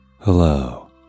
Hello